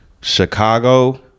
Chicago